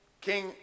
King